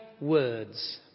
words